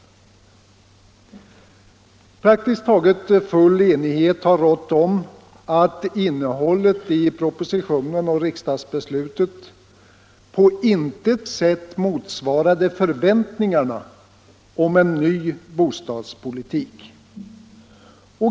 Praktiskt taget full enighet har rått om att innehållet i proposition och riksdagsbeslut på intet sätt motsvarade förväntningarna om en ny bostadspolitik.